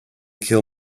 kill